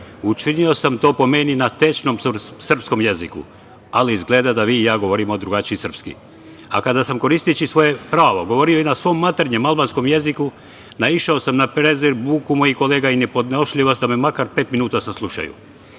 Učinio sam to, po meni na tečnom srpskom jeziku, ali izgleda da vi i ja govorimo drugačiji srpski. Kada sam koristeći svoje pravo, govorio i na svom maternjem albanskom jeziku, naišao sam na prezir, buku mojih kolega i nepodnošljivost, da me makar pet minuta saslušaju. Bez